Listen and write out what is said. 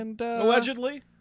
Allegedly